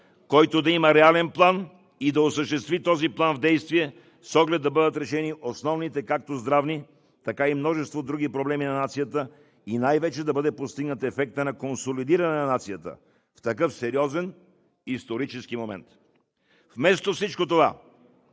който да има реален план и да осъществи този план в действие, с оглед да бъдат решени както здравните, така и множеството други проблеми на нацията, и най-вече – да бъде постигнат ефектът на консолидиране на нацията в такъв сериозен исторически момент. Вместо всичко това